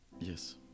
Yes